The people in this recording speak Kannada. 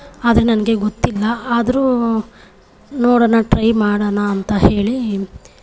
ಆದರೆ ನನಗೆ ಗೊತ್ತಿಲ್ಲ ಆದರೂ ನೋಡೋಣ ಟ್ರೈ ಮಾಡೋಣ ಅಂತ ಹೇಳಿ